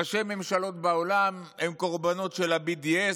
ראשי ממשלות בעולם הם קורבנות של ה-BDS,